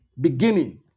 beginning